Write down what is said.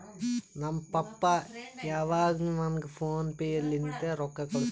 ನಮ್ ಪಪ್ಪಾ ಯಾವಾಗ್ನು ನಂಗ್ ಫೋನ್ ಪೇ ಲಿಂತೆ ರೊಕ್ಕಾ ಕಳ್ಸುತ್ತಾರ್